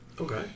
Okay